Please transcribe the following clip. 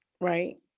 right